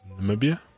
Namibia